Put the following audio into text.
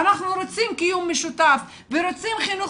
אנחנו רוצים קיום משותף ורוצים חינוך